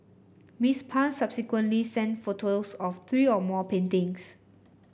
Miss Pang subsequently sent photos of three or more paintings